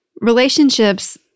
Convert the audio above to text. relationships